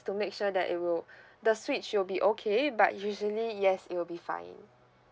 to make sure that it will the switch you'll be okay but usually yes it will be fine